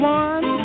one